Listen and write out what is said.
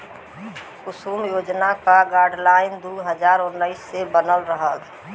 कुसुम योजना क गाइडलाइन दू हज़ार उन्नीस मे बनल रहल